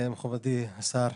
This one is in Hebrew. מכובדי השר,